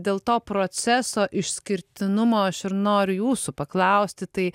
dėl to proceso išskirtinumo aš ir noriu jūsų paklausti tai